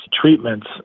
treatments